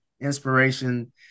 inspiration